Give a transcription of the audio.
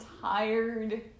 tired